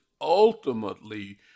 ultimately